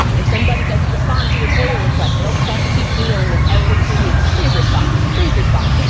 if somebody doesn't respond to your foia request, they'll start keep e-mailing them every two weeks, please respond, please respond.